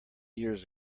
years